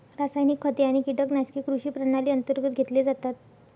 रासायनिक खते आणि कीटकनाशके कृषी प्रणाली अंतर्गत घेतले जातात